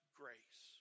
grace